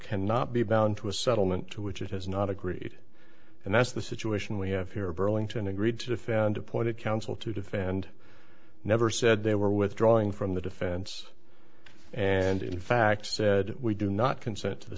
cannot be bound to a settlement to which it has not agreed and that's the situation we have here burlington agreed to defend appointed counsel to defend never said they were withdrawing from the defense and in fact said we do not consent to the